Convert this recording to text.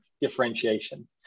differentiation